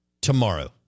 tomorrow